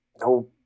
no